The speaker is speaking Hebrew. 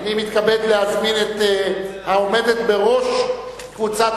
אני מתכבד להזמין את העומדת בראש קבוצת